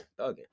thugging